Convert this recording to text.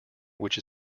which